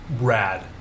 rad